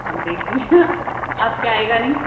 آپ دیکھ لیجیے آپ کے آئے گا نہیں